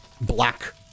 black